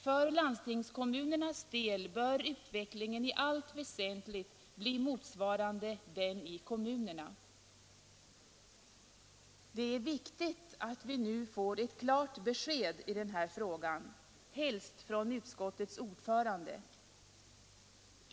För landstingskommunernas del bör utvecklingen i allt väsentligt bli motsvarande den i kommunerna.” Det är viktigt att vi nu får ett klart besked i den här frågan, helst från utskottets ordförande.